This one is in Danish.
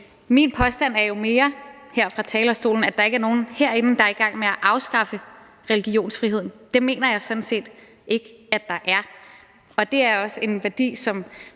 Min påstand her fra talerstolen er jo mere, at der herinde ikke er nogen, der er i gang med at afskaffe religionsfriheden. Det mener jeg sådan set ikke at der er. Det er også en værdi, som